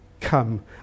come